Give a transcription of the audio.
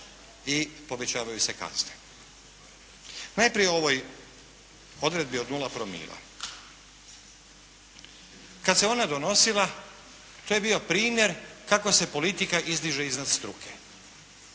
i povećavaju se kazne. Najprije o ovoj odredbi od nula promila. Kad se ona donosila to je bio primjer kako se politika izdiže iznad struke.